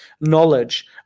knowledge